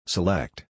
Select